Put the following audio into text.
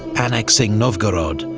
annexing novgorod,